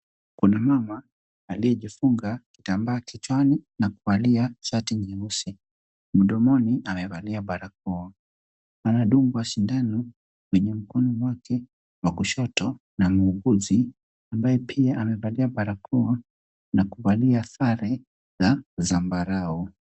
Kuna mama aliyejifunga kitambaa kichwani na kuvalia shati nyeusi. Mdomoni amevalia barakoa. Anadungwa sindano kwenye mkono wake wa kushoto na muuguzi ambaye pia amevalia barakoa na kuvalia sare za zambarau.